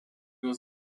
was